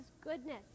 goodness